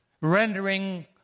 Rendering